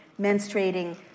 menstruating